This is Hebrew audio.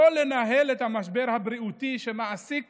לא לנהל את המשבר הבריאותי שמעסיק